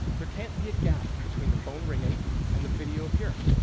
there can't be a gap between the phone ringing and the video appearing.